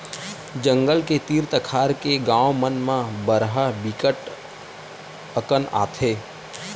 जंगल के तीर तखार के गाँव मन म बरहा बिकट अकन आथे